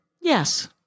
Yes